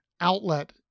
outlet